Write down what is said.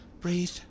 breathe